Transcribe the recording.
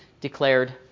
declared